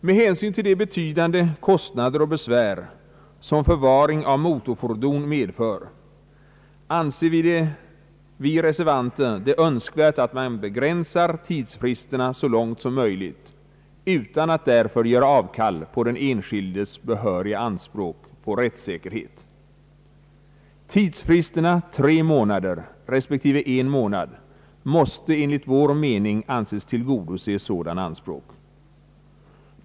Med hänsyn till de betydande kostnader och besvär som förvaring av motorfordon medför anser vi reservanter det önskvärt att man begränsar tidsfristerna så mycket som möjligt utan att därför göra avkall på den enskildes behöriga anspråk på rättssäkerhet. Tidsfristerna tre månader respektive en månad måste enligt vår mening anses tillgodose sådana anspråk.